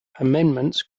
amendments